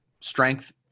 strength